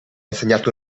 insegnato